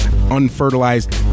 Unfertilized